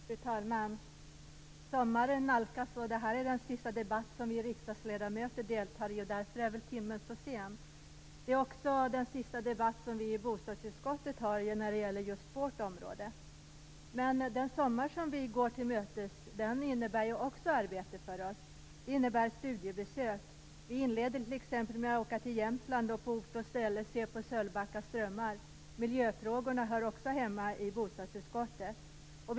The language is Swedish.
Fru talman! Sommaren nalkas, och det här är den sista debatt som vi riksdagsledamöter deltar i; det är väl därför som timmen är så sen. Det är också den sista debatt som gäller bostadsutskottets område. Men den sommar som vi går till mötes innebär också arbete. Den innebär studiebesök. Vi inleder t.ex. med att åka till Jämtland och på ort och ställe se på Sölvbacka strömmar. Miljöfrågorna hör också hemma i bostadsutskottet.